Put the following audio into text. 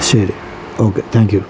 ശരി okay thank U